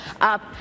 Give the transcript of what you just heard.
up